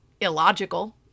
illogical